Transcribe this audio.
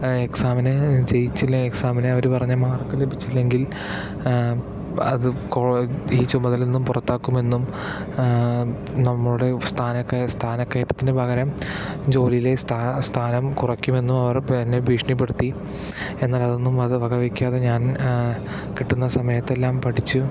എക്സാമിന് ജയിച്ചില്ലേൽ എക്സാമിന് അവർ പറഞ്ഞ മാര്ക്ക് ലഭിച്ചില്ലെങ്കില് അത് ഈ ചുമതലയില് നിന്നും പുറത്താക്കും എന്നും നമ്മുടെ സ്ഥാന സ്ഥാനക്കയറ്റത്തിനു പകരം ജോലിയിലെ സ്ഥാനം സ്ഥാനം കുറയ്ക്കുമെന്നും എന്നും അവര് എന്നെ അവര് ഭീഷണിപ്പെടുത്തി എന്നാല് അതൊന്നും വക വയ്ക്കാതെ ഞാന് കിട്ടുന്ന സമയത്തെല്ലാം പഠിച്ചു